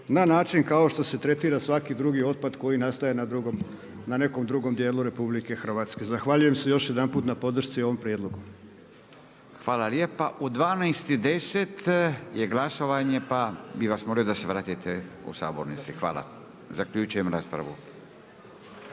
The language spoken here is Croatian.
na način kao što se tretira svaki drugi otpad koji nastaje na nekom drugom dijelu RH. Zahvaljujem se još jedanput na podršci ovom prijedlogu. **Radin, Furio (Nezavisni)** Hvala lijepa. U 12,10 je glasovanje pa bih vas molio da se vratite u sabornicu. Hvala. Zaključujem raspravu.